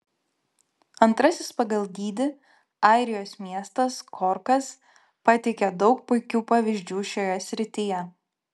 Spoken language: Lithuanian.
antrasis pagal dydį airijos miestas korkas pateikia daug puikių pavyzdžių šioje srityje